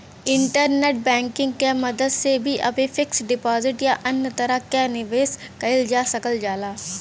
internet banking क मदद से कभी भी फिक्स्ड डिपाजिट या अन्य तरह क निवेश कइल जा सकल जाला